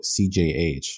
CJH